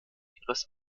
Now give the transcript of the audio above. ihres